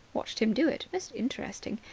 watched him do it. most interesting.